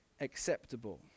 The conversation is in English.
acceptable